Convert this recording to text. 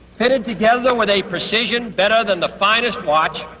fitted together with a precision better than the finest watch.